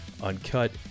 uncut